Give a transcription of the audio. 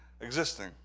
existing